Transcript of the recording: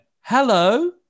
hello